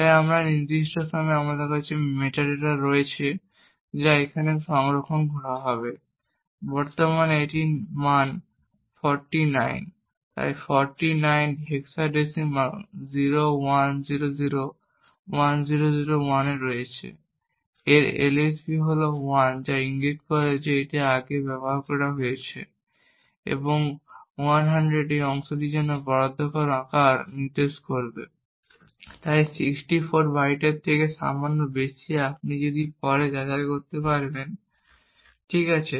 তাই এই নির্দিষ্ট সময়ে আমাদের কাছে মেটাডেটা রয়েছে যা এখানে সংরক্ষণ করা হবে বর্তমানে এটির মান 49 তাই 49 হেক্সাডেসিমেল 01001001 এ রয়েছে এর LSB হল 1 ইঙ্গিত করে যে আগেরটি ব্যবহার করা হচ্ছে এবং 100 এই অংশটির জন্য বরাদ্দকৃত আকার নির্দেশ করবে তাই এটি 64 বাইটের থেকে সামান্য বেশি হবে এবং এটি আপনি পরে যাচাই করতে পারবেন ঠিক আছে